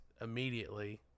immediately